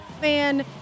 Fan